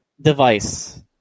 device